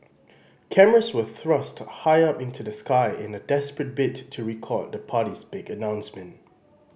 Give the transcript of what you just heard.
cameras were thrust high up into the sky in a desperate bid to record the party's big announcement